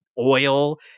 oil